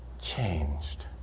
changed